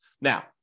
Now